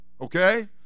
Okay